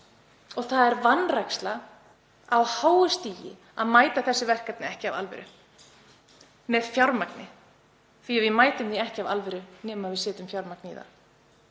Það er vanræksla á háu stigi að mæta þessu verkefni ekki af alvöru og með fjármagni því að við mætum því ekki af alvöru nema við setjum fjármagn í það.